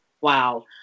Wow